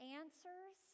answers